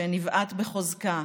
שנבעט בחוזקה,